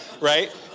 Right